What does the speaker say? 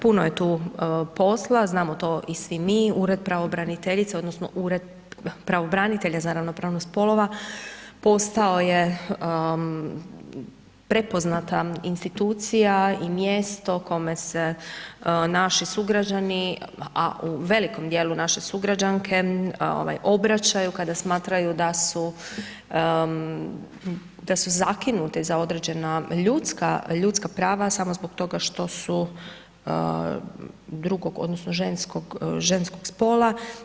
Puno je tu posla, znamo to i svi mi, ured pravobraniteljice, odnosno Ured pravobranitelja za ravnopravnost spolova postao je prepoznata institucija i mjesto kome se naši sugrađani, a u velikom dijelu naše sugrađanke, obraćaju kada smatraju da su zakinuta za određena ljudska prava samo zbog toga što su drugog odnosno ženskog spola.